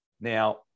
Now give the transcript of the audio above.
Now